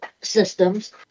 systems